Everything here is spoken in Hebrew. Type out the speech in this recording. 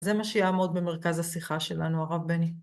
זה מה שיעמוד במרכז השיחה שלנו, הרב בני.